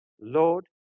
Lord